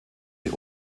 die